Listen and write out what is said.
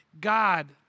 God